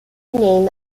name